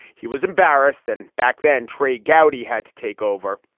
he was embarrassed and back then trey gowdy had to take over.